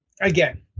again